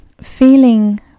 feeling